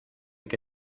que